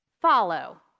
Follow